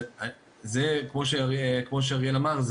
כמו שאריאל אמר,